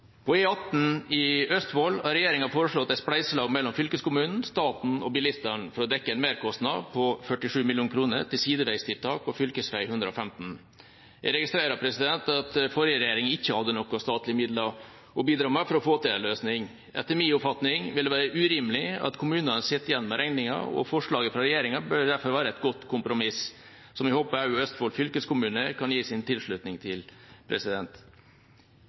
i Østfold har regjeringa foreslått et spleiselag mellom fylkeskommunen, staten og bilistene for å dekke en merkostnad på 47 mill. kr til sideveistiltak på fv. 115. Jeg registrerer at forrige regjering ikke hadde statlige midler å bidra med for å få til en løsning. Etter min oppfatning ville det være urimelig at kommunen sitter igjen med regninga, og forslaget fra regjeringa bør derfor være et godt kompromiss, som jeg håper også Østfold fylkeskommune kan gi sin tilslutning til.